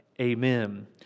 amen